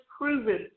proven